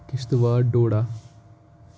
Kishtwar doda